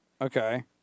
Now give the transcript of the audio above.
Okay